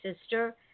sister